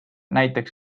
näiteks